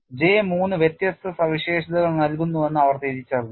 J 3 വെത്യസ്ഥ സവിശേഷതകൾ നൽകുന്നുവെന്ന് അവർ തിരിച്ചറിഞ്ഞു